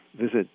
visit